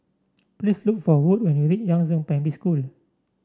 please look for Wood when you reach Yangzheng Primary School